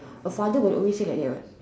a father would always say like that what